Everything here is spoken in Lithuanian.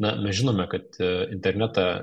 na mes žinome kad a internetą